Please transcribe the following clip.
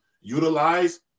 utilize